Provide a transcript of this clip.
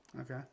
okay